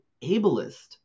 ableist